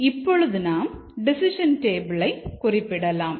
இப்பொழுது நாம் டெசிஷன் டேபிளை குறிப்பிடலாம்